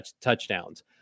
touchdowns